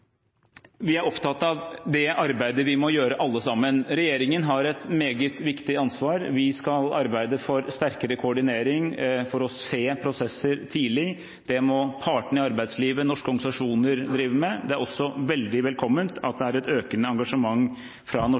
arbeidet vi må gjøre alle sammen. Regjeringen har et meget viktig ansvar, vi skal arbeide for sterkere koordinering, for å se prosesser tidlig. Det må partene i arbeidslivet og norske organisasjoner drive med. Det er også veldig velkomment at det er et økende engasjement fra